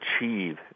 achieve